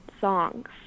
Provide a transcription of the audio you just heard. songs